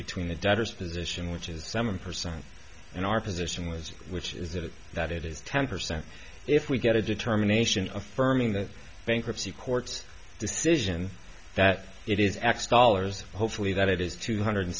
between the doctors position which is seven percent in our position was which is it that it is ten percent if we get a determination affirming that bankruptcy courts decision that it is x dollars hopefully that it is two hundred